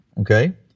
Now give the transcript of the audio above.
Okay